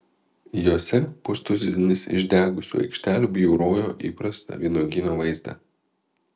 jose pustuzinis išdegusių aikštelių bjaurojo įprastą vynuogyno vaizdą